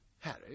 Harry